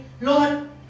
Lord